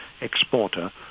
exporter